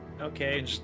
Okay